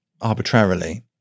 arbitrarily